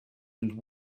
and